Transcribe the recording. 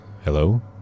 Hello